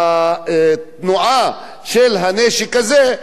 שהתנועה של הנשק הזה,